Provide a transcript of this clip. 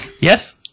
Yes